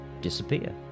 disappear